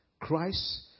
Christ